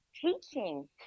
teaching